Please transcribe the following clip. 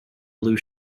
blue